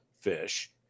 fish